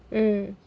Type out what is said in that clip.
mm